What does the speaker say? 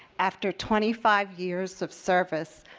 after twenty five years of service,